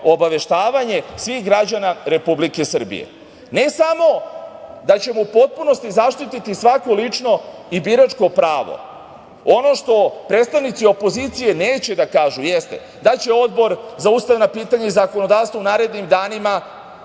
obaveštavanje svih građana Republike Srbije. Ne samo da ćemo u potpunosti zaštiti svako lično i biračko pravo, ono što predstavnici opozicije neće da kažu jeste da će Odbor za ustavna pitanja i zakonodavstvo u narednim danima